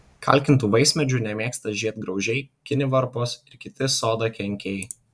kalkintų vaismedžių nemėgsta žiedgraužiai kinivarpos ir kiti sodo kenkėjai